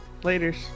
Laters